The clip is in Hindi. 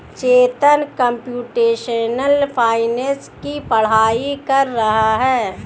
चेतन कंप्यूटेशनल फाइनेंस की पढ़ाई कर रहा है